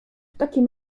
takim